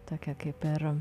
tokia kaip ir